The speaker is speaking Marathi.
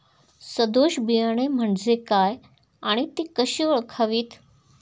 सदोष बियाणे म्हणजे काय आणि ती कशी ओळखावीत?